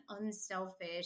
unselfish